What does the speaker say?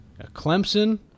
Clemson